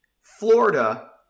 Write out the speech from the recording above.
Florida